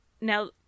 Now